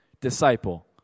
disciple